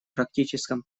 практическом